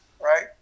right